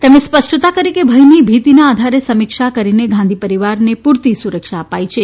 તેમણે સ્પષ્ટતા કરી કે ભયની ભીતીના આધારે સમીક્ષા કરીને ગાંધી પરિવારને પૂરતી સુરક્ષા અપાઇ છે